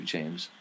James